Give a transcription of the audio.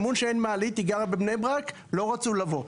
שמעו שאין מעלית, היא גרה בבני ברק, לא רצו לבוא.